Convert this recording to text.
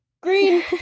green